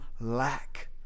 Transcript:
lack